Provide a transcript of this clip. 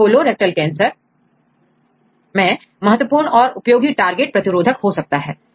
यह कोलोरेक्टल कैंसरcancersमैं महत्वपूर्ण और उपयोगी टारगेट प्रतिरोधक हो सकता है